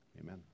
Amen